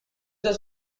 was